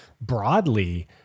broadly